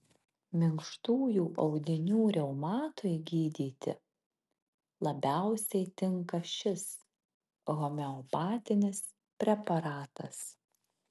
minkštųjų audinių reumatui gydyti labiausiai tinka šis homeopatinis preparatas